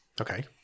Okay